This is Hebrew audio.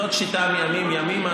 זאת שיטה מימים-ימימה,